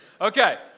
Okay